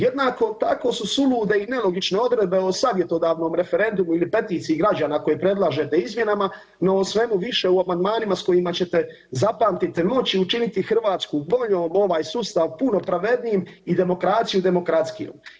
Jednako tako su sulude i nelogične odredbe o savjetodavnom referendumu ili peticiji građana koju predlažete izmjenama, no o svemu više u amandmanima s kojima ćete, zapamtite, moći učiniti Hrvatsku boljom, ovaj sustav puno pravednijim i demokraciju demokratskijom.